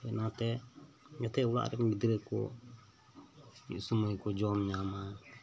ᱚᱱᱟ ᱛᱮ ᱡᱟᱛᱮ ᱚᱲᱟᱜ ᱨᱮᱱ ᱜᱤᱫᱽᱨᱟᱹ ᱠᱚ ᱢᱤᱫ ᱥᱳᱢᱳᱭ ᱠᱚ ᱡᱚᱢ ᱧᱟᱢᱟ